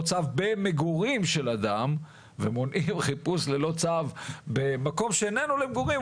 צו במגורים של אדם ומונעים חיפוש ללא צו במקום שאיננו למגורים,